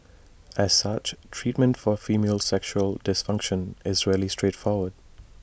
as such treatment for female sexual dysfunction is rarely straightforward